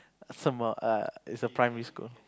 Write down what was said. some a it's a primary school